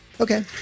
Okay